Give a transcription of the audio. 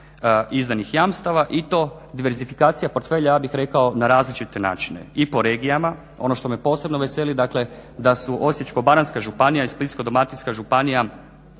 izdanih jamstava i to diversifikacija portfelja ja bih rekao na različite načine i po regijama, ono što me posebno veseli dakle da su Osječko-baranjska županija i Splitsko-dalmatinska županija